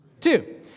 Two